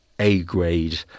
A-grade